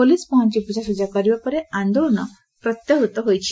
police ପହଞ୍ ବୁଝାସୁଝା କରିବା ପରେ ଆନ୍ଦୋଳନ ପ୍ରତ୍ୟାହୃତ ହୋଇଛି